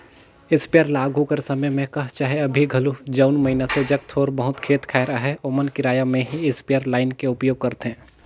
sprayer ल आघु कर समे में कह चहे अभीं घलो जउन मइनसे जग थोर बहुत खेत खाएर अहे ओमन किराया में ही इस्परे लाएन के उपयोग करथे